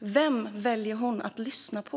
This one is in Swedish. vem hon väljer att lyssna på.